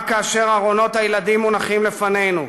רק כאשר ארונות הילדים מונחים לפנינו,